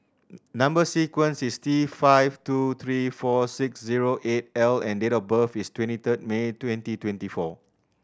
number sequence is T five two three four six zero eight L and date of birth is twenty third May twenty twenty four